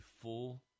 full